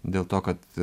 dėl to kad